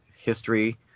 history